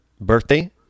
birthday